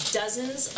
dozens